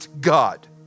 God